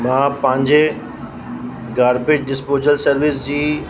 मां पंहिंजे garbage disposal service जी